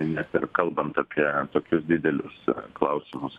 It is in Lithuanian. nes ir kalbant apie tokius didelius klausimus